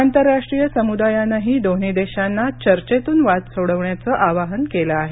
आंतरराष्ट्रीय समुदायानही दोन्ही देशांना चर्चेतून वाद सोडवण्याचं आवाहन केलं आहे